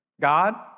God